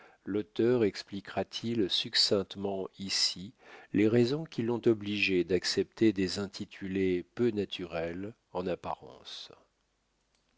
aussi l'auteur expliquera t il succinctement ici les raisons qui l'ont obligé d'accepter des intitulés peu naturels en apparence